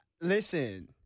Listen